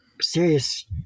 serious